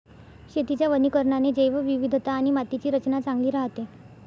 शेतीच्या वनीकरणाने जैवविविधता आणि मातीची रचना चांगली राहते